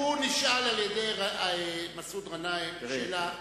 הוא נשאל על-ידי מסעוד גנאים שאלה.